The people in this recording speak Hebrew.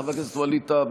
חבר הכנסת ווליד טאהא.